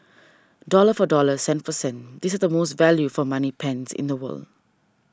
dollar for dollar cent for cent these is the most value for money pens in the world